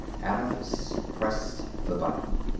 adams pressed the button.